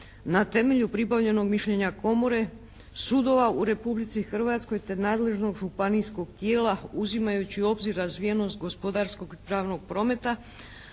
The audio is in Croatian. na temelju pribavljenog mišljenja Komore, sudova u Republici Hrvatskoj te nadležnog županijskog tijela uzimajući u obzir razvijenost gospodarskog i pravnog prometa